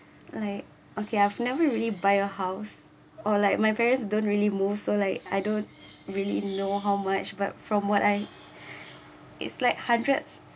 like okay I've never really buy a house or like my parents don't really move so like I don't really know how much but from what I it's like hundreds